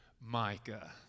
Micah